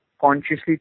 consciously